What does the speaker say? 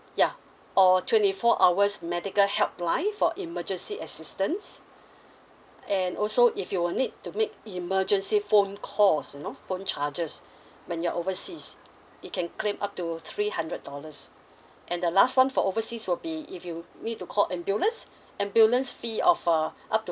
ya or twenty four hours medical helpline for emergency assistance and also if you will need to make emergency phone calls you know phone charges when you're overseas it can claim up to three hundred dollars and the last one for overseas will be if you need to call ambulance ambulance fee of uh up to